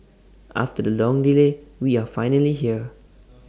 after the long delay we are finally here